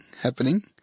happening